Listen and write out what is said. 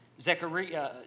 Zechariah